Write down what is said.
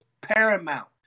paramount